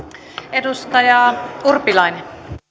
edustaja urpilainen